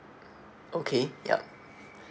okay yup